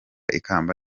ikamba